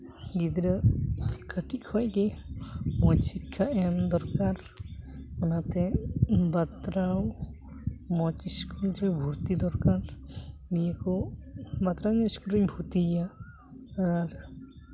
ᱜᱤᱫᱽᱨᱟᱹ ᱠᱟᱹᱴᱤᱡ ᱠᱷᱚᱡ ᱜᱮ ᱢᱚᱡᱽ ᱥᱤᱠᱠᱷᱟ ᱮᱢ ᱫᱚᱨᱠᱟᱨ ᱚᱱᱟᱛᱮ ᱵᱟᱛᱨᱟᱣ ᱢᱚᱡᱽ ᱤᱥᱠᱩᱞ ᱨᱮ ᱵᱷᱚᱨᱛᱤ ᱫᱚᱨᱠᱟᱨ ᱱᱤᱭᱟᱹ ᱠᱚ ᱤᱥᱠᱩᱞ ᱨᱤᱧ ᱵᱷᱚᱨᱛᱤᱭᱮᱭᱟ ᱟᱨ